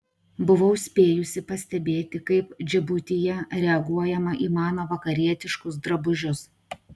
buvau spėjusi pastebėti kaip džibutyje reaguojama į mano vakarietiškus drabužius